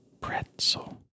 Pretzel